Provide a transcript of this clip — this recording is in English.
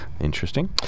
Interesting